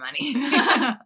money